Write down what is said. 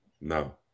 No